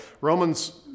Romans